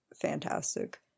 fantastic